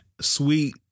sweet